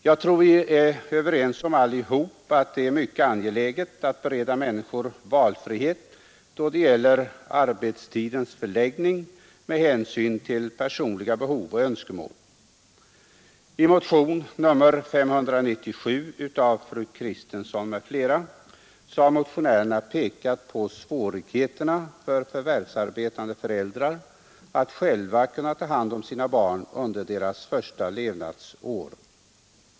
Jag tror att vi alla är överens om att det är mycket angeläget att bereda människor valfrihet då det gäller arbetstidens förläggning med hänsyn till behov och önskemål. I motionen 597 av fru Kristensson m.fl. har motionärerna pekat på svårigheterna för förvärvsarbetande föräldrar att själva ta hand om sina barn under deras första levnadsår.